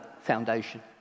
foundation